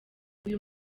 uyu